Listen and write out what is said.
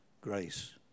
Grace